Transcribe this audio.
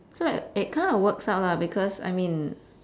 so like it kinda works out lah because I mean